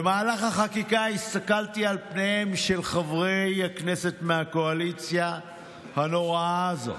במהלך החקיקה הסתכלתי על פניהם של חברי הכנסת מהקואליציה הנוראה הזאת,